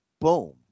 boom